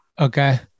Okay